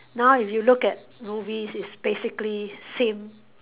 now if you look at movies it's basically same